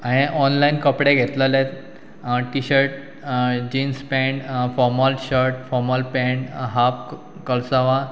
हांवें ऑनलायन कपडे घेतलेले T-shirt jeans pant formal shirt formal pant half कालसावां